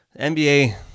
NBA